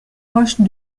roches